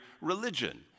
religion